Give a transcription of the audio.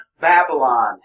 Babylon